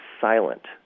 silent